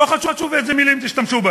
לא חשוב באיזה מילים תשתמשו.